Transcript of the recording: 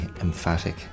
emphatic